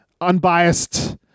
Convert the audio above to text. unbiased